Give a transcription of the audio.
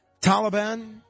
Taliban